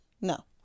No